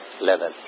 level